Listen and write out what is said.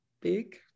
big